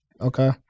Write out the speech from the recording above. Okay